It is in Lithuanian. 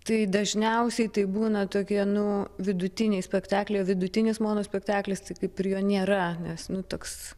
tai dažniausiai tai būna tokie nu vidutiniai spektaklio vidutinis monospektaklis tai kaip ir jo nėra nes nu toks